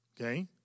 Okay